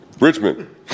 Richmond